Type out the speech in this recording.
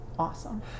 awesome